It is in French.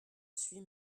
suis